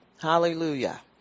Hallelujah